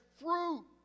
fruit